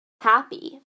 happy